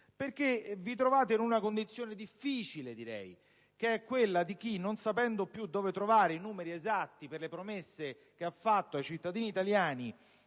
Perché vi trovate in una condizione difficile, che è quella di chi, non sapendo più dove trovare i numeri esatti per le promesse che ha fatto ai cittadini italiani